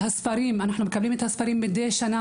אנחנו מקבלים את הספרים מדי שנה,